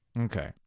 Okay